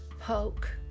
poke